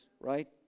right